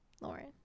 Lauren